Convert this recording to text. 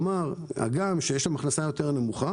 כלומר הגם שההכנסה שם הרבה יותר נמוכה